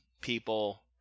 people